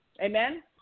Amen